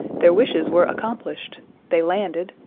their wishes were accomplished they landed,